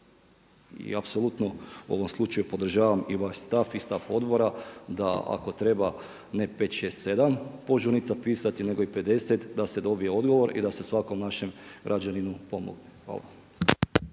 I apsolutno u ovom slučaju podržavam i vaš stav i stav odbora, da ako treba ne pet, šest, sedam požurnica pisati nego i 50 da se dobije odgovor i da se svakom našem građaninu pomogne. Hvala.